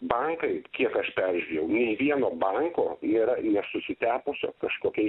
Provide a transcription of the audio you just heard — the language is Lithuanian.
bankai kiek aš peržiūrėjau nei vieno banko yra nesusitepusio kažkokiais